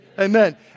Amen